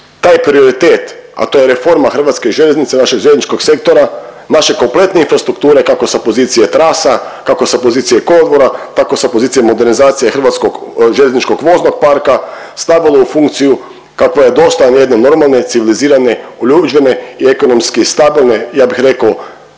taj prioritet, a to je reforma Hrvatskih željeznica, našeg željezničkog sektora, naše kompletne infrastrukture kako sa pozicije trasa, kako sa pozicije kolodvora, tako sa pozicije modernizacije hrvatskog željezničkog voznog parka stavilo u funkciju kakva je dostatna jedne normalne, civilizirane, uljuđene i ekonomski stabilne ja bih rekao